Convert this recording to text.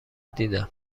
دیدم